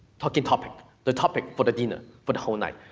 talking topic. the topic for the dinner for the whole night.